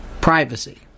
Privacy